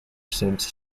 since